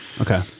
Okay